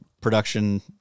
production